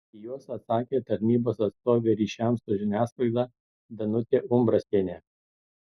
į juos atsakė tarnybos atstovė ryšiams su žiniasklaida danutė umbrasienė